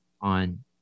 on